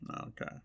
Okay